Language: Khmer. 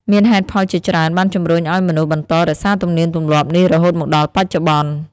មានហេតុផលជាច្រើនបានជំរុញឱ្យមនុស្សបន្តរក្សាទំនៀមទម្លាប់នេះរហូតមកដល់បច្ចុប្បន្ន។